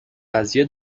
قضیه